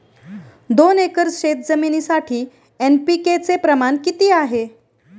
दोन एकर शेतजमिनीसाठी एन.पी.के चे प्रमाण किती आहे?